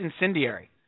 incendiary